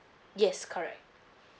yes correct